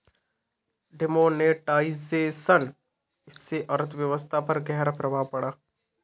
demonetisation से अर्थव्यवस्था पर ग़हरा प्रभाव पड़ा